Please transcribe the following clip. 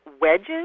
wedges